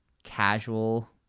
casual